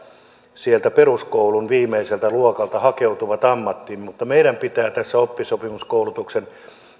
sieltä peruskoulun viimeiseltä luokalta hakeutuvat mutta meidän pitää tässä oppisopimuskoulutuksen